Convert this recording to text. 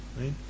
right